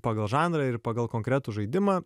pagal žanrą ir pagal konkretų žaidimą